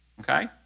Okay